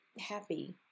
happy